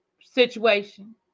situation